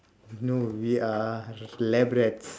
no we are lab rats